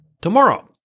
tomorrow